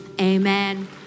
amen